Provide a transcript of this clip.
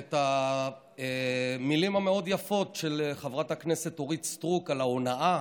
את המילים המאוד-יפות של חברת הכנסת אורית סטרוק על ההונאה,